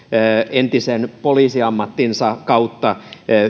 entisen poliisiammattinsa kautta